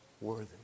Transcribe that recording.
worthy